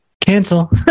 cancel